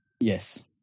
Yes